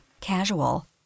casual